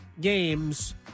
games